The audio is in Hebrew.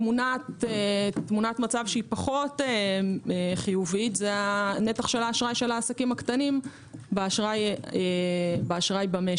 תמונת מצב פחות חיובית הנתח של האשראי של העסקים הקטנים באשראי במשק,